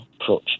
approach